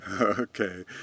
Okay